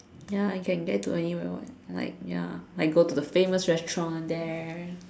ya I can get to anywhere [what] like ya like go to the famous restaurant there